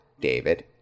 David